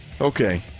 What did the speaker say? Okay